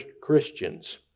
Christians